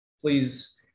please